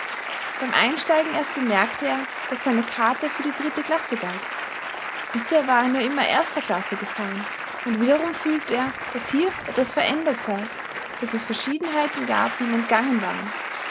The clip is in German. beim einsteigen erst bemerkte er daß seine karte für die dritte klasse galt bisher war er nur immer erster klasse gefahren und wiederum fühlte er daß hier etwas verändert sei daß es verschiedenheiten gab die ihm entgangen waren